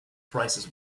prices